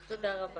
תודה.